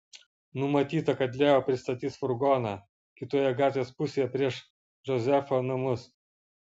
numatyta kad leo pasistatys furgoną kitoje gatvės pusėje prieš džozefo namus